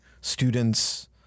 students